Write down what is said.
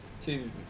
two